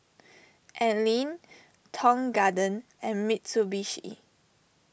Anlene Tong Garden and Mitsubishi